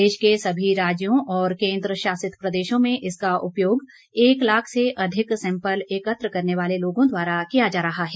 देश के सभी राज्यों और केन्द्र शासित प्रदेशों में इसका उपयोग एक लाख से अधिक सैंपल एकत्र करने वाले लोगों द्वारा किया जा रहा है